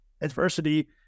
adversity